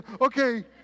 okay